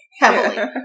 heavily